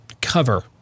cover